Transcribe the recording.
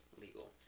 legal